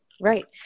Right